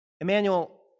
Emmanuel